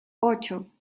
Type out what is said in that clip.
ocho